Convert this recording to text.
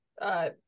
uh-